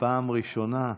פעם ראשונה.